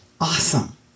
awesome